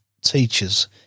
teachers